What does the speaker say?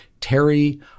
Terry